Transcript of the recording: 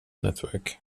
network